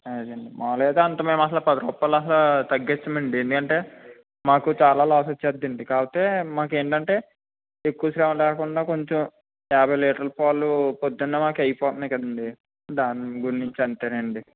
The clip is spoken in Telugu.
అదే అండి మామూలుగా అయితే అంతా మేము అసలు పది రూపాయలు అసలు తగ్గించమండి ఎందుకంటే మాకు చాలా లాస్ వచ్చేస్తాదండీ కాకపోతే మాకు ఏంటంటే ఎక్కువ శ్రమ లేకుండా కొంచెం యాభై లీటర్ల పాలు పొద్దున్న మాకు అయిపోతున్నాయి కదండీ దాని గురించి అంతేనండి